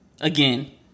again